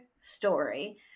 story